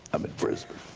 i'm in brisbane.